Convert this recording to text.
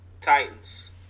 Titans